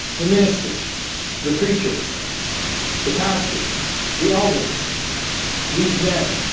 the minister's the preachers the pastors the elders these men